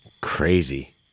Crazy